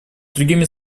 другими